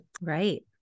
Right